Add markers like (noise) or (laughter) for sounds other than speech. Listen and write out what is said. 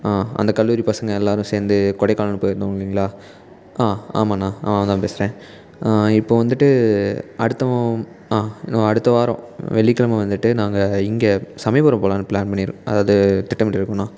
ஆ அந்த கல்லூரி பசங்க எல்லோரும் சேர்ந்து கொடைக்கானல் போயிருந்தோம் இல்லைங்களா ஆ ஆமாண்ணா (unintelligible) பேசுகிறேன் இப்போது வந்துட்டு அடுத்த ஆ இன்னும் அடுத்த வாரம் வெள்ளிக்கிழம வந்துட்டு நாங்கள் இங்கே சமயபுரம் போகலான்னு பிளான் பண்ணிருக் அதாவது திட்டமிட்டு இருக்கோண்ணா